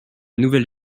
nouvelle